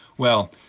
well,